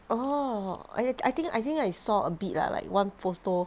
orh I I think I think I saw a bit lah like one photo